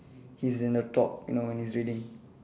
he's in the top you know when he's reading